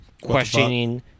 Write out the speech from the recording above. questioning